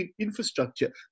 infrastructure